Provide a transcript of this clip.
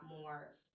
more